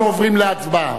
אנחנו עוברים להצבעה.